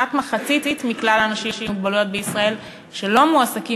כמעט מחצית מכלל האנשים עם מוגבלויות בישראל שלא מועסקים,